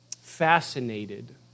fascinated